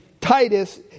Titus